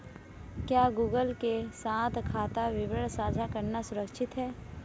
क्या गूगल के साथ खाता विवरण साझा करना सुरक्षित है?